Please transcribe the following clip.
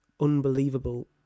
unbelievable